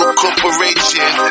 corporation